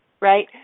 Right